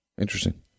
Interesting